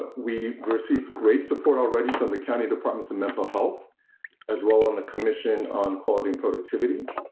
but we received great support already from the county departments of mental health as well on a commission on quality and productivity